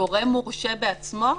גורם מורשה בעצמו?